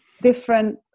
different